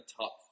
top